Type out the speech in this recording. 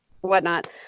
whatnot